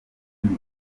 muri